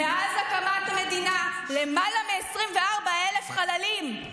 מאז הקמת המדינה, למעלה מ-24,000 חללים.